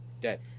Dead